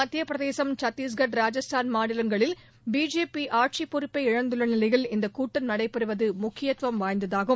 மத்தியப் பிரதேசம் சத்திஷ்கர் ராஜஸ்தான் மாநிலங்களில் பிஜேபி ஆட்சிப் பொறுப்பை இழந்துள்ள நிலையில் இந்தக் கூட்டம் நடைபெறுவது முக்கியத்துவம் வாய்ந்ததாகும்